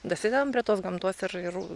dasidedam prie tos gamtos ir